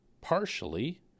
partially